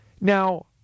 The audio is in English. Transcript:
Now